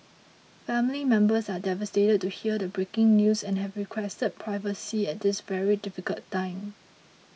family members are devastated to hear the breaking news and have requested privacy at this very difficult time